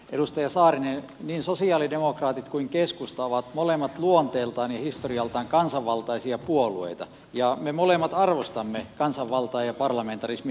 edustaja saarinen niin sosialidemokraatit kuin keskusta ovat molemmat luonteeltaan ja historialtaan kansanvaltaisia puolueita ja me molemmat arvostamme kansanvaltaa ja parlamentarismia